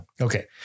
Okay